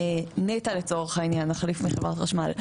שנת"ע לצורך העניין החליף מחברת חשמל,